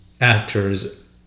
actors